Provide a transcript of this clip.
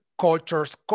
cultures